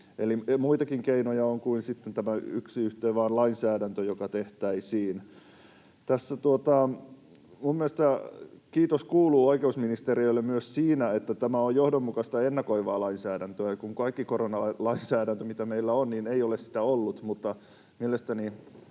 Eli on muitakin keinoja kuin vain tämä yksi yhteen ‑lainsäädäntö, joka tehtäisiin. Minun mielestäni kiitos kuuluu oikeusministeriölle myös siinä, että tämä on johdonmukaista ja ennakoivaa lainsäädäntöä, kun kaikki koronalainsäädäntö, mitä meillä on, ei ole sitä ollut. Mielestäni